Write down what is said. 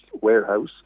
warehouse